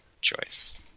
choice